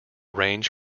range